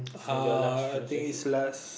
uh I think is last